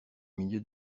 milieu